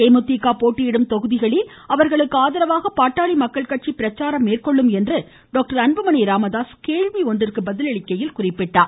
தேமுதிக போட்டியிடும் தொகுதியில் அவர்களுக்கு ஆதரவாக பாட்டாளி மக்கள் கட்சி பிரச்சாரம் மேற்கொள்ளும் என்று டாக்டர் அன்புமணி ராமதாஸ் கேள்வி ஒன்றிற்கு பதிலளிக்கையில் தெரிவித்தார்